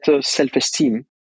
self-esteem